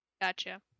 Gotcha